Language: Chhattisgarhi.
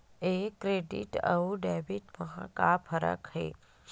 ये क्रेडिट आऊ डेबिट मा का फरक है?